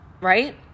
Right